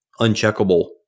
uncheckable